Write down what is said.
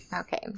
okay